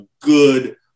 good